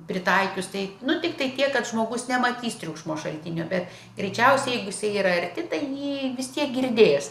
pritaikius tai nu tik tai tiek kad žmogus nematys triukšmo šaltinio bet greičiausiai jeigu jisai yra arti tai jį vis tiek girdės